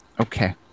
Okay